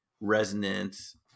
resonance